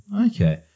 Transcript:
okay